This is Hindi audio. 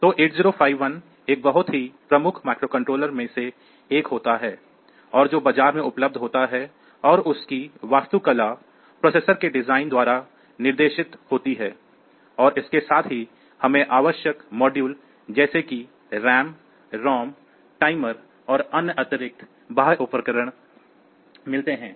तो 8051 एक बहुत ही प्रमुख माइक्रोकंट्रोलर में से एक होता है और जो बाजार में उपलब्ध होता है और इसकी वास्तुकला प्रोसेसर के डिजाइन द्वारा निर्देशित होती है और इसके साथ ही हमें आवश्यक मॉड्यूल जैसे कि RAM ROM Timers और अन्य अतिरिक्त बाह्य उपकरण मिलते हैं